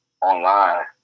online